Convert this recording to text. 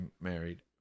married